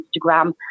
Instagram